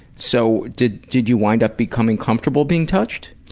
so did did you wind up becoming comfortable being touched?